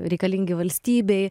reikalingi valstybei